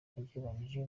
ugereranyije